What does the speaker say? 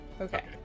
okay